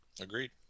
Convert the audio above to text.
Agreed